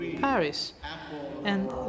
Paris—and